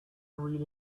really